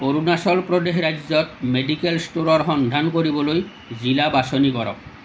অৰুণাচল প্ৰদেশ ৰাজ্যত মেডিকেল ষ্ট'ৰৰ সন্ধান কৰিবলৈ জিলা বাছনি কৰক